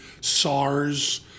SARS